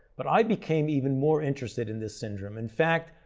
but i became even more interested in this syndrome. in fact,